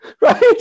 right